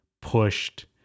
pushed